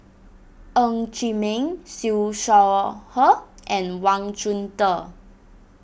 Ng Chee Meng Siew Shaw Her and Wang Chunde